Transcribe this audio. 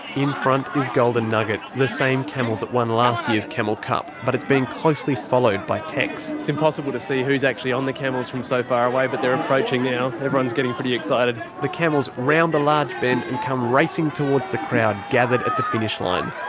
in front is golden nugget, the same camel that won last year's camel cup. but it's being closely followed by tex. it's impossible to see who's actually on the camels from so far away, but they're approaching now, everyone's getting pretty excited. the camels round the large bend and come racing towards the crowd gathered at the finish line.